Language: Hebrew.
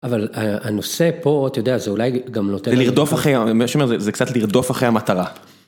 אבל הנושא פה, אתה יודע, זה אולי גם נותן... זה לרדוף אחרי, מה שאומר זה, זה קצת לרדוף אחרי המטרה.